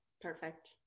Perfect